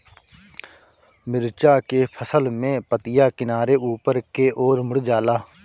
मिरचा के फसल में पतिया किनारे ऊपर के ओर मुड़ जाला?